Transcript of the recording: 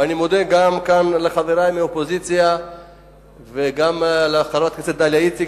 ואני מודה כאן גם לחברי מהאופוזיציה וגם לחברת הכנסת דליה איציק,